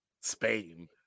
Spain